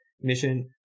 mission